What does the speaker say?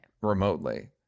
remotely